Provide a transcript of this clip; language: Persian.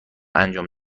انجام